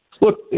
Look